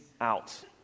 out